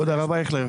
כבוד הרב אייכלר,